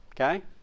okay